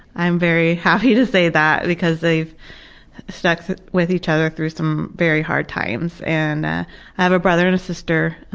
i'm very happy to say that, because they've stuck with each other through some very hard times. and ah i have a brother and a sister,